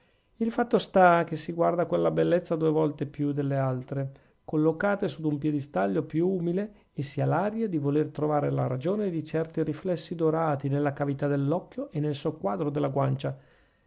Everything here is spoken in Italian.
il fatto sta che si guarda quella bellezza due volte più delle altre collocate su d'un piedestallo più umile e si ha l'aria di voler trovare la ragione di certi riflessi dorati nella cavità dell'occhio e nel sottosquadro della guancia